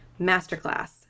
masterclass